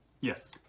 Yes